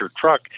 truck